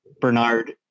Bernard